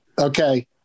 Okay